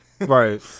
Right